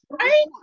right